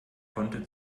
konnte